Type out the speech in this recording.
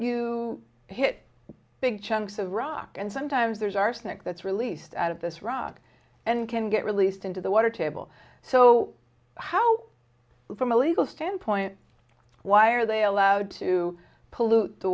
you hit big chunks of rock and sometimes there's arsenic that's released out of this rock and can get released into the water table so how from a legal standpoint why are they allowed to pollute the